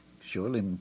Surely